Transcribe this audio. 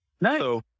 Nice